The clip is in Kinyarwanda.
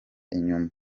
inyuma